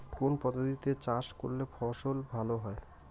কোন পদ্ধতিতে চাষ করলে ফসল ভালো হয়?